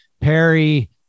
Perry